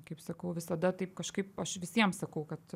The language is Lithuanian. kaip sakau visada taip kažkaip aš visiem sakau kad